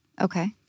okay